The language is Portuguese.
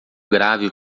grave